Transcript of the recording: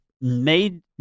made